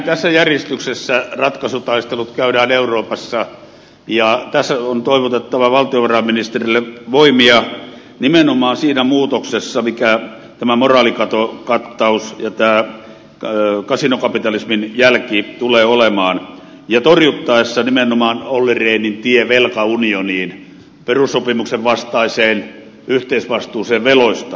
tässä järjestyksessä ratkaisutaistelut käydään euroopassa ja tässä on toivotettava valtiovarainministerille voimia nimenomaan siinä muutoksessa mikä tämä moraalikatokattaus ja kasinokapitalismin jälki tulee olemaan ja torjuttaessa nimenomaan olli rehnin tie velkaunioniin perussopimuksen vastaiseen yhteisvastuuseen veloista